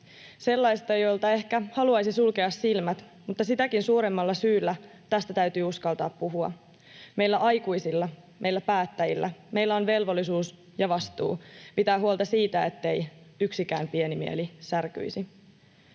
sellaista, jolta ehkä haluaisi sulkea silmät, mutta sitäkin suuremmalla syyllä tästä täytyy uskaltaa puhua. Meillä aikuisilla ja meillä päättäjillä on velvollisuus ja vastuu pitää huolta siitä, ettei yksikään pieni mieli särkyisi.